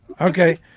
Okay